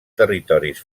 territoris